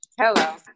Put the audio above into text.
Hello